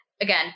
again